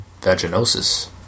vaginosis